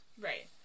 Right